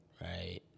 right